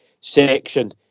section